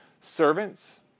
Servants